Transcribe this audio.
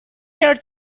here